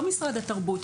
לא משרד התרבות.